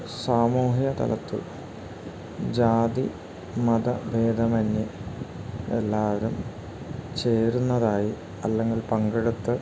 സാമൂഹികതലത്ത് ജാതിമത ബേധമന്യേ എല്ലാവരും ചേരുന്നതായി അല്ലെങ്കിൽ പങ്കെടുത്ത്